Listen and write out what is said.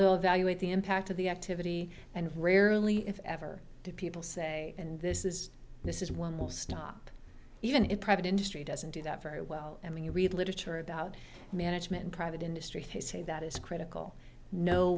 the evaluate the impact of the activity and rarely if ever do people say and this is this is when will stop even in private industry doesn't do that very well and when you read literature about management private industry they say that is critical no